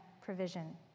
provision